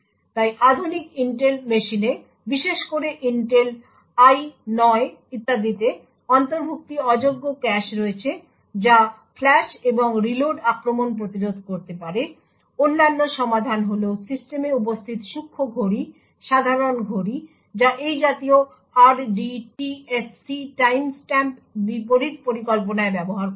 তাই আধুনিক ইন্টেল মেশিনে বিশেষ করে ইন্টেল I9 ইত্যাদিতে অন্তর্ভুক্তি অযোগ্য ক্যাশ রয়েছে যা ফ্লাশ এবং রিলোড আক্রমণ প্রতিরোধ করতে পারে অন্যান্য সমাধান হল সিস্টেমে উপস্থিত সূক্ষ্ণ ঘড়ি সাধারণ ঘড়ি যা এই জাতীয় RDTSC টাইমস্ট্যাম্প বিপরীত পরিকল্পনায় ব্যবহার করা হয়